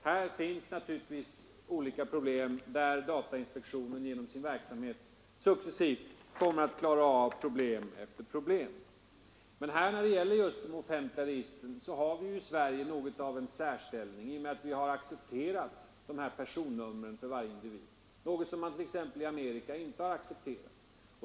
Här finns naturligtvis olika problem som datainspektionen genom sin verksamhet successivt kommer att klara av. Men när det gäller just de offentliga registren har vi ju i Sverige något av en särställning i och med att vi accepterat personnumren för varje individ — något som man t.ex. i Amerika inte har gjort.